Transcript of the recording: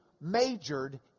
majored